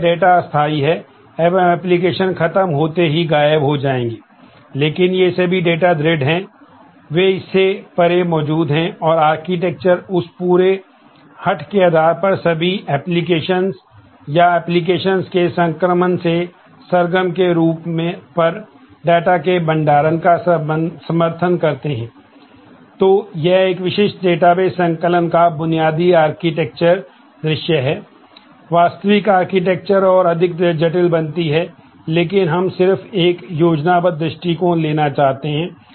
तो ये डेटा अस्थाई है एवं एप्लिकेशन और अधिक जटिल बनती हैं लेकिन हम सिर्फ एक योजनाबद्ध दृष्टिकोण लेना चाहते हैं